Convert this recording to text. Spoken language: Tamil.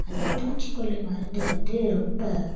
அந்த பூச்சிக்கொல்லி மருந்து வந்து ரொம்ப